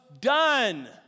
done